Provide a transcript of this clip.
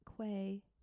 Quay